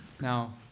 Now